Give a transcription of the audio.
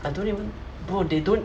I don't even bro they don't